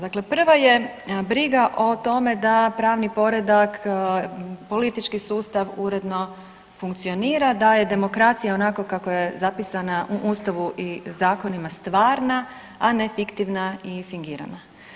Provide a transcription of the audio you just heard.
Dakle, prva je briga o tome da pravni poredak i politički sustav uredno funkcionira, da je demokracija onakva kakva je zapisana u ustavu i zakonima stvarna, a ne fiktivna i fingirana.